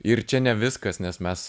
ir čia ne viskas nes mes